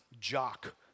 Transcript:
jock